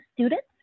students